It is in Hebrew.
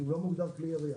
כי הוא לא מוגדר ככלי ירייה.